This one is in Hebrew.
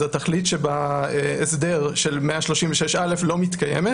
אז התכלית שבהסדר של 136א לא מתקיימת